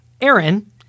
Aaron